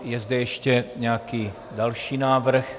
Je zde ještě nějaký další návrh?